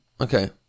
Okay